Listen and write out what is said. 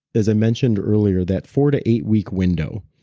as i mentioned earlier, that four to eight week window.